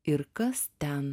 ir kas ten